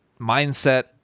mindset